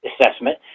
assessment